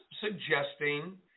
suggesting